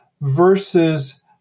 versus